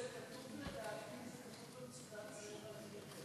לדעתי זה כתוב ב"מצודת זאב" על הקיר.